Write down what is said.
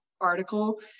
article